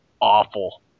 awful